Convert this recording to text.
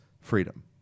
freedom